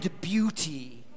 beauty